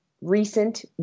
recent